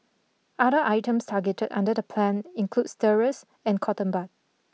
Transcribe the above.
other items targeted under the plan includes stirrers and cotton bud